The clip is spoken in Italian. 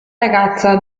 ragazza